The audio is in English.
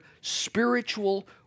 spiritual